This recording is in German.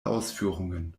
ausführungen